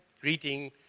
greeting